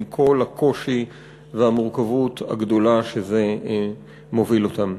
עם כל הקושי והמורכבות הגדולה שזה מוביל אליהם.